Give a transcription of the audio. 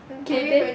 mm K then